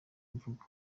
imvugo